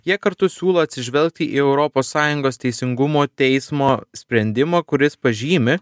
jie kartu siūlo atsižvelgti į europos sąjungos teisingumo teismo sprendimą kuris pažymi